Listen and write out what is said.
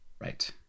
Right